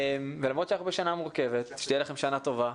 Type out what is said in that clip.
למרות שאנחנו בשנה מורכבת, שתהיה לכם שנה טובה.